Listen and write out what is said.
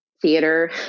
theater